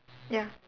ya